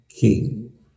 king